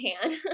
hand